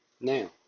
Now